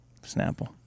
Snapple